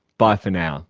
bye for now